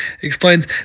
explains